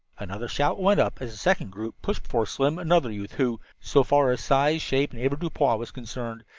another shout went up as a second group pushed before slim another youth who, so far as size, shape and avoirdupois was concerned,